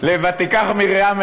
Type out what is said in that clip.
ל"ותיקח מרים,